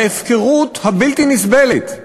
ההפקרות הבלתי-נסבלת,